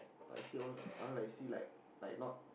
but I see all all I see like like not